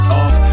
off